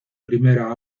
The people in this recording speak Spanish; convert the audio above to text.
primera